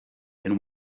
and